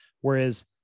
Whereas